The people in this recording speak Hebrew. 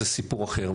זה סיפור אחר.